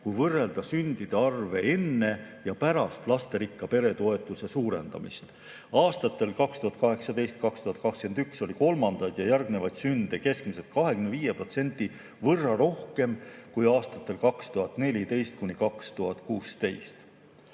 kui võrrelda sündide arve enne ja pärast lasterikka pere toetuse suurendamist. Aastatel 2018–2021 oli kolmandaid ja järgnevaid sünde keskmiselt 25% võrra rohkem kui aastatel 2014–2016.Nii.